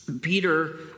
Peter